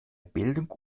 bildung